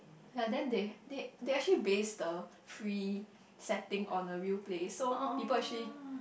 ya then they they actually base the free setting on the real place so people actually